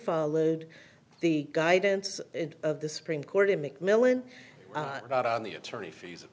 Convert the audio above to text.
followed the guidance of the supreme court in macmillan not on the attorney fees o